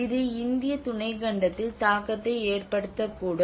இது இந்திய துணைக் கண்டத்தில் தாக்கத்தை ஏற்படுத்தக்கூடும்